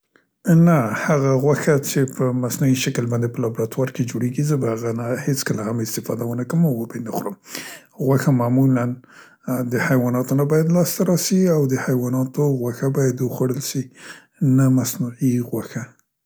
نه هغه غوښه څې په مصنوعي شکل باندې په لابراتوار کې جوړیګي زه به هغه نه هیڅکله هم استفاده و نه کړم او وبه یې نه خورم. غوښه معمولاً د حیواناتو نه باید لاسته راسي او د حیواناتو غوښه باید وخوړل سي، نه مصنوعي غوښه.